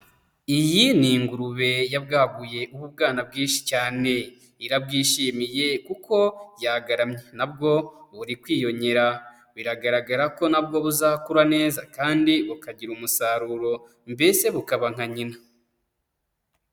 Iyi ni ingurube yabwaguye ububwana bwinshi cyane, irabwishimiye kuko yagaramye na bwo buri kwiyonkera, biragaragara ko na bwo buzakura neza kandi bukagira umusaruro mbese bukaba nka nyina.